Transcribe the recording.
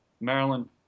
Maryland